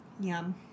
Yum